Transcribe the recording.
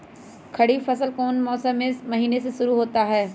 खरीफ फसल कौन में से महीने से शुरू होता है?